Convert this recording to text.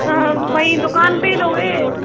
हाँ वही दुकान पे ही लोगे